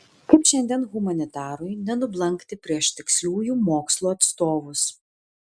kaip šiandien humanitarui nenublankti prieš tiksliųjų mokslų atstovus